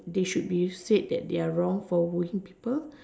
they should be said that they are wrong for wooing people